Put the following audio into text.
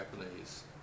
Japanese